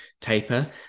taper